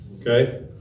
Okay